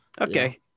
Okay